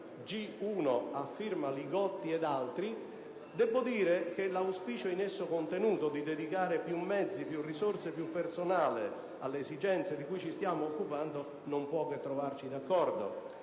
G1, a firma Li Gotti ed altri, l'auspicio in esso contenuto - di dedicare più mezzi, più risorse e più personale alle esigenze di cui ci stiamo occupando - non può che trovarci d'accordo.